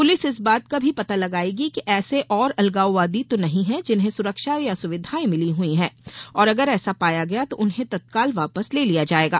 police इस बात का भी पता लगाएगी कि ऐसे और अलगाववादी तो नहीं हैं जिन्हें सुरक्षा या सुविधाएँ मिली हुई हैं और अगर ऐसा पाया गया तो उन्हें तत्काल वापस ले लिया जाएगा